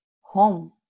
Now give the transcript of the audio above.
home